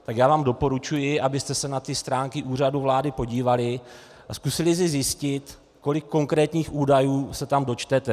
Tak já vám doporučuji, abyste se na stránky úřadu vlády podívali a zkusili si zjistit, kolik konkrétních údajů se tam dočtete.